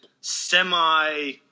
semi